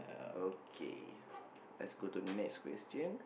okay let's go to next question